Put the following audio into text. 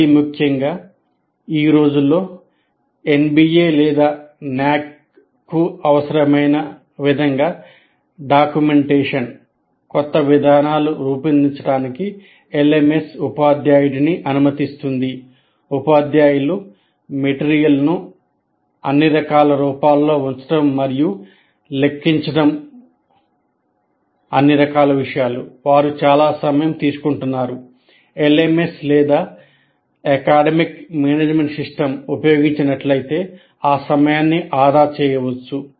మరీ ముఖ్యంగా ఈ రోజుల్లో ఎన్బిఎ లేదా ఎన్ఎఎసి ఉపయోగించినట్లయితే ఆ సమయాన్ని ఆదా చేయవచ్చు